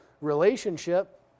relationship